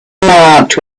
marked